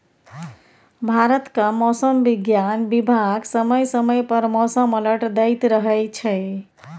भारतक मौसम बिज्ञान बिभाग समय समय पर मौसम अलर्ट दैत रहै छै